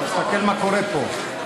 תסתכל מה קורה פה,